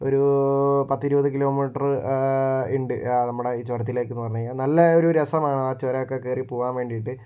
ഒരു പത്തിരുപത് കിലോമീറ്റർ ഉണ്ട് നമ്മുടെ ഈ ചുരത്തിലേക്ക് പോകാൻ നല്ല ഒരു രസമാ ആ ചുരം ഒക്കെ കയറി പോകാൻ വേണ്ടിട്ട്